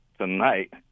tonight